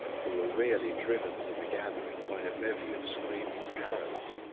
who were really driven to the gathering by a bevy of screaming parrots.